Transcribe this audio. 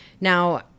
Now